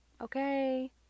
Okay